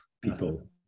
people